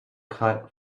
cut